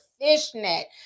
fishnet